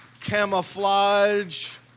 Camouflage